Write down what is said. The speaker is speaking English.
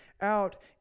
out